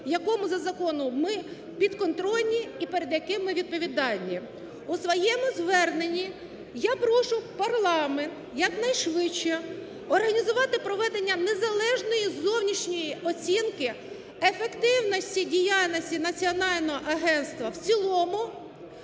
якому за законом ми підконтрольні і перед якими ми відповідальні. У своєму зверненні я прошу парламент якнайшвидше організувати проведення незалежної зовнішньої оцінки ефективності діяльності Національного агентства в цілому,